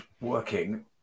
working